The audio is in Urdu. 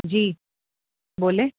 جی بولیں